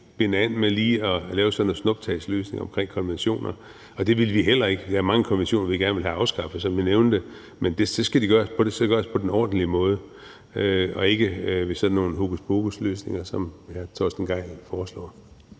binde an med lige at lave sådan en snuptagsløsning i forbindelse med konventioner, og det vil vi heller ikke. Der er, som jeg nævnte, mange konventioner, vi gerne vil have afskaffet, men det skal gøres på den ordentlige måde og ikke ved sådan nogle hokuspokusløsninger, som hr. Torsten Gejl foreslår.